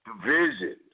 division